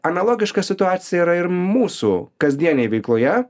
analogiška situacija yra ir mūsų kasdienėj veikloje